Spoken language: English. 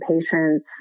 patients